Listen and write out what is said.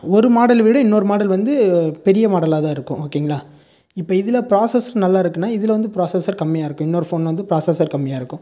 ஒரு மாடலை விட இன்னொரு மாடல் வந்து பெரிய மாடலாக தான் இருக்கும் ஓகேங்களா இப்போ இதில் ப்ராசசஸ் நல்லாருக்குதுனா இதில் வந்து ப்ராசசர் கம்மியாக இருக்குது இன்னொரு ஃபோனில் வந்து ப்ராசசர் கம்மியாக இருக்கும்